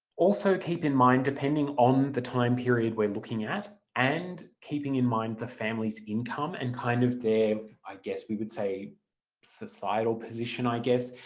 also keep in mind depending on the time period we're looking at and keeping in mind the family's income and kind of their i guess we would say societal position, i guess,